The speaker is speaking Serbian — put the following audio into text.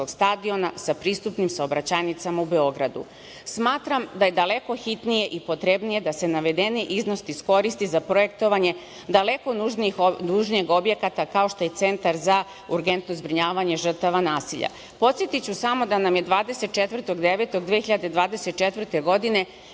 stadiona sa pristupnim saobraćajnicama u Beogradu. Smatram da je daleko hitnije i potrebnije da se navedeni iznos iskoristi za projektovanje daleko nužnijeg objekta kao što je Centar za urgentno zbrinjavanje žrtva nasilja. Podsetiću samo da nam je 24.9.2024. godine